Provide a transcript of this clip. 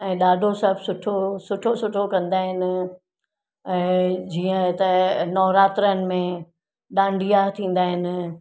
ऐं ॾाढो सभु सुठो सुठो सुठो कंदा आहिनि ऐं जीअं त नवरात्रनि में डांडिया थींदा आहिनि